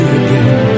again